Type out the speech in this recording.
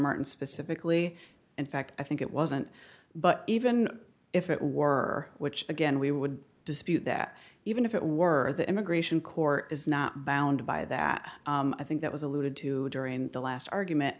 martin specifically in fact i think it wasn't but even if it were which again we would dispute that even if it were the immigration court is not bound by that i think that was alluded to during the last argument